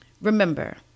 Remember